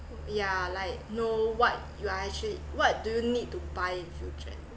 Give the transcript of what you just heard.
yeah like know what you are actually what do you need to buy in future